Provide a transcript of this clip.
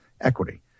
equity